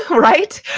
right?